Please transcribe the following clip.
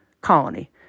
colony